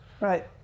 Right